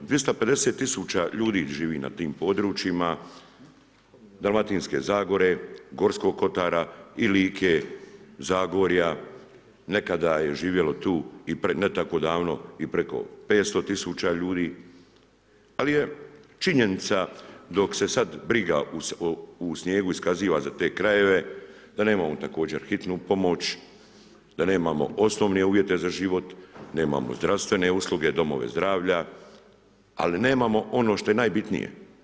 250 tisuća ljudi živi na tim područjima Dalmatinske Zagore, Gorskog Kotara i Like, Zagorja, nekada je živjelo tu i pred ne tako davno i preko 500 tisuća ljudi, ali je činjenica, dok se sad briga u snijegu iskazuje za te krajeve, da nemamo također hitnu pomoć, da nemamo osnovne uvjete za život, nemamo zdravstvene usluge, domove zdravlja, ali nemamo ono što je najbitnije.